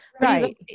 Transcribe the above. right